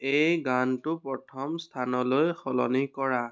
এই গানটো প্ৰথম স্থানলৈ সলনি কৰা